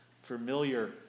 familiar